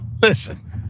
Listen